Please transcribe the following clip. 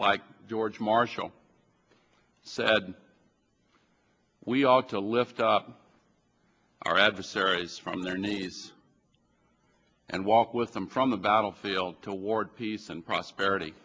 like george marshall said we ought to lift up our adversaries from their knees and walk with them from the battlefield toward peace and prosperity